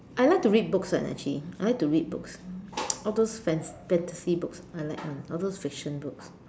I like to read books eh actually I like to read books all those fancy fancy books I like [one] all those fiction books